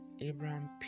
Abraham